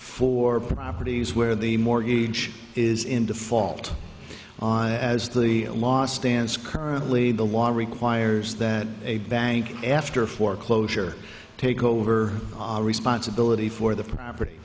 for properties where the mortgage is in default on as the law stands currently the water requires that a bank after foreclosure take over all responsibility for the property